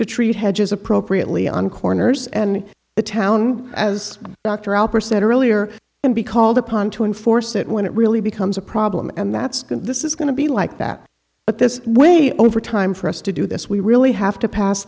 to treat hedges appropriately on corners and the town as dr albert said earlier and be called upon to enforce it when it really becomes a problem and that's going to this is going to be like that but this way over time for us to do this we really have to pass